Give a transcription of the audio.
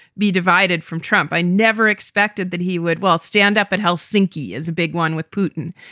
be divided from trump. i never expected that he would. well, stand up at helsinki is a big one with putin.